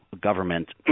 government